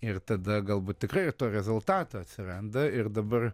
ir tada galbūt tikrai to rezultato atsiranda ir dabar